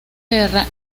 guerra